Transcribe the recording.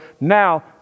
Now